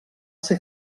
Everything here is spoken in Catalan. ser